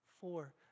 four